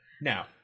Now